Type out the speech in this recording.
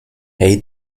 hey